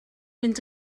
mynd